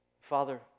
Father